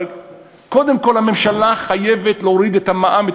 אבל קודם כול הממשלה חייבת להוריד את המע"מ,